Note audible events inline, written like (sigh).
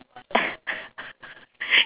(laughs)